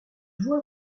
vois